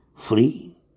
Free